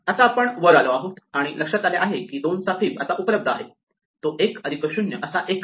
आता आपण वर आलो आणि लक्षात आले की 2 चा फिब आता उपलब्ध आहे तो 1 अधिक 0 असा 1 आहे